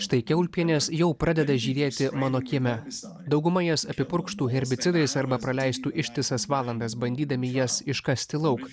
štai kiaulpienės jau pradeda žiūrėti mano kieme dauguma jas apipurkštų herbicidais arba praleistų ištisas valandas bandydami jas iškasti lauk